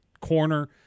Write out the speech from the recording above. corner